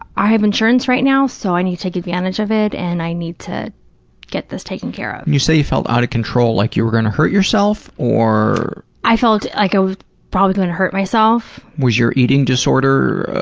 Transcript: i have insurance right now, so i need to take advantage of it and i need to get this taken care of. when and you say you felt out of control, like you were going to hurt yourself or. i felt like i was probably going to hurt myself. was your eating disorder